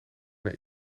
naar